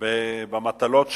במטלות שלו,